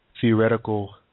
theoretical